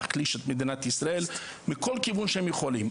להחליש את מדינת ישראל מכל כיוון שהם יכולים,